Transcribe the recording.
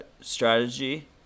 strategy